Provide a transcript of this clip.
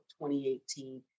2018